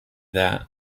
that